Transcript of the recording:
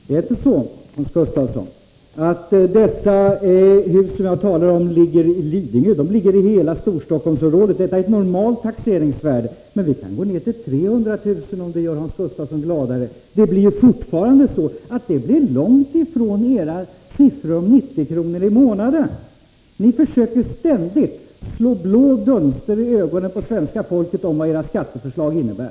Herr talman! Det är inte så, Hans Gustafsson, att de hus som jag talar om ligger i Lidingö. De ligger i hela Storstockholmsområdet. Det jag nämnt är ett normalt taxeringsvärde, men vi kan gå ner till 300 000 kr., om det gör Hans Gustafsson gladare. Det blir fortfarande så, att vi hamnar långt ifrån era 90 kr. i månaden. Ni försöker ständigt slå blå dunster i ögonen på folket när det gäller vad era skatteförslag innebär.